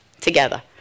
together